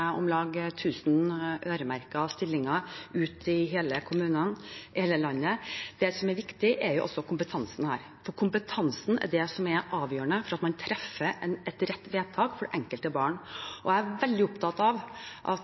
om lag 1 000 øremerkede stillinger ute i kommunene i hele landet. Det som også er viktig, er kompetansen, for kompetansen er det som er avgjørende for å treffe rett vedtak for det enkelte barn. Jeg er veldig opptatt av at